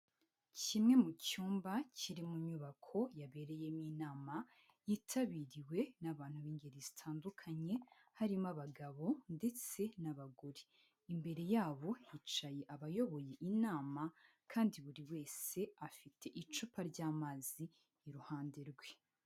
Kimwe mu cyumba kiri mu nyubako yabereyemo inama, yitabiriwe n'abantu b'ingeri zitandukanye, harimo abagabo ndetse n'abagore. Imbere yabo hicaye abayoboye inama kandi buri wese afite icupa ry'amazi iruhande rwe.